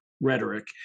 rhetoric